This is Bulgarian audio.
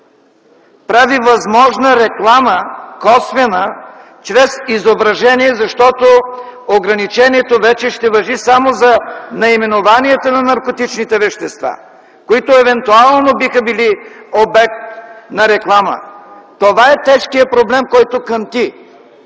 прави възможна косвена реклама - чрез изображение, защото ограничението вече ще важи само наименованията на наркотичните вещества, които евентуално биха били обект на реклама. Това е тежкият проблем, който кънти,